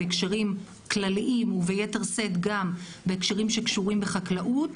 בהקשרים כלליים וביתר שאת גם בהקשרים שקשורים בחקלאות,